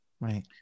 Right